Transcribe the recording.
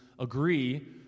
agree